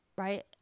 right